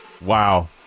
Wow